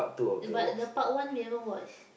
but the part one we haven't watch